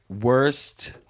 Worst